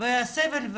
הסבל,